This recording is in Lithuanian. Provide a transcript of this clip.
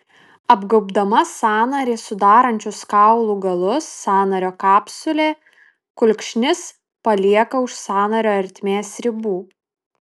apgaubdama sąnarį sudarančius kaulų galus sąnario kapsulė kulkšnis palieka už sąnario ertmės ribų